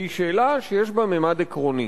והיא שאלה שיש בה ממד עקרוני.